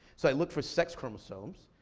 so i looked for sex chromosomes.